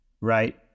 right